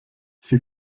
sie